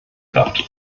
kraft